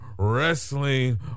Wrestling